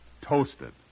toasted